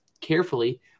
carefully